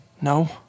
No